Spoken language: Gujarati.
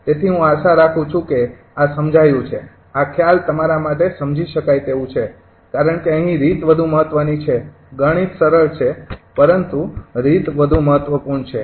તેથી હું આશા રાખું છું કે આ સમજાયું છે આ ખ્યાલ તમારા માટે સમજી શકાય તેવું છે કારણ કે અહીં રીત વધુ મહત્વની છે ગણિત સરળ છે પરંતુ રીત વધુ મહત્વપૂર્ણ છે